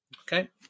okay